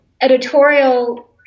Editorial